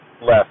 left